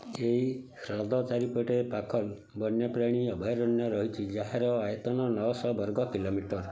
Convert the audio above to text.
ଏହି ହ୍ରଦ ଚାରିପଟେ ପାଖଲ୍ ବନ୍ୟପ୍ରାଣୀ ଅଭୟାରଣ୍ୟ ରହିଛି ଯାହାର ଆୟତନ ନଅଶହ ବର୍ଗ କିଲୋମିଟର